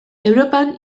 europan